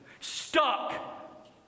stuck